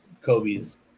Kobe's